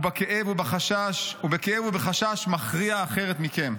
ובכאב ובחשש מכריע אחרת מכם.